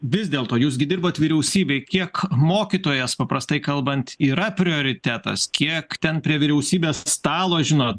vis dėlto jūs gi dirbot vyriausybėj kiek mokytojas paprastai kalbant yra prioritetas kiek ten prie vyriausybės stalo žinot